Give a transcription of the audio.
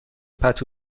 پتو